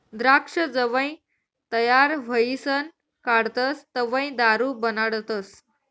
द्राक्ष जवंय तयार व्हयीसन काढतस तवंय दारू बनाडतस